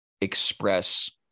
express